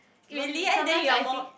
really then you are more